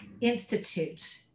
institute